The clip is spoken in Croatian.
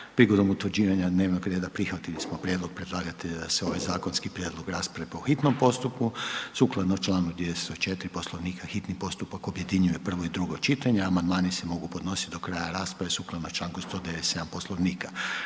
Prigodom utvrđivanja dnevnog reda prihvatili smo prijedlog predlagatelja da se ovaj zakonski prijedlog raspravi po hitnom postupku. Sukladno čl. 204. Poslovnika, hitni postupak objedinjuje prvo i drugo čitanje, a amandmani se mogu podnositi do kraja rasprave što je sukladno čl. 197. Poslovnika.